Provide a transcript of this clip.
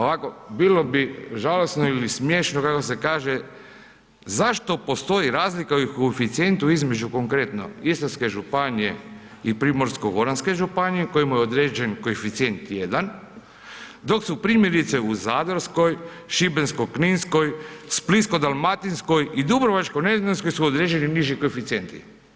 Ovako, bilo bi žalosno ili smiješno, kako se kaže, zašto postoji razlika u koeficijentu između, konkretno, Istarske županije i Primorsko-goranske županije kojemu je određen koeficijent 1, dok su primjerice u Zadarskoj, Šibensko-kninskoj, Splitsko-dalmatinskoj i Dubrovačko-neretvanskoj su određeni niži koeficijenti.